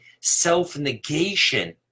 self-negation